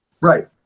Right